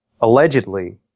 allegedly